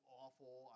awful